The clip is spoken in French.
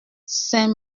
saint